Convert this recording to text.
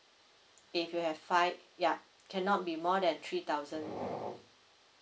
if you have five ya cannot be more than three thousand